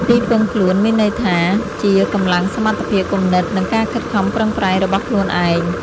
«ទីពឹងខ្លួន» មានន័យថាជា កម្លាំង សមត្ថភាព គំនិត និង ការខិតខំប្រឹងប្រែង របស់ខ្លួនឯង។